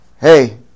hey